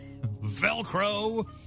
Velcro